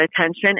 attention